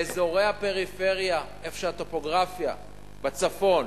באזורי הפריפריה, במקום שהטופוגרפיה בצפון